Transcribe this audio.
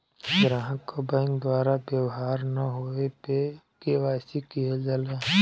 ग्राहक क बैंक द्वारा व्यवहार न होये पे के.वाई.सी किहल जाला